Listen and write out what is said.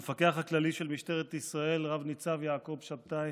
המפקח הכללי של משטרת ישראל רב-ניצב יעקב שבתאי,